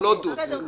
לא, לא דו-שיח.